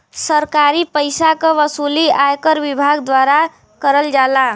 सरकारी पइसा क वसूली आयकर विभाग द्वारा करल जाला